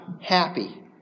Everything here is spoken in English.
happy